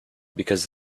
because